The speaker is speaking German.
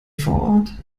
vorort